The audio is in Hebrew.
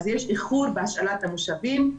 אז יש איחור בהשאלת המושבים,